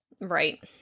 Right